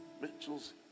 Mitchell's